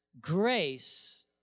Grace